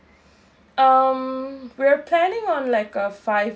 um we're planning on like a five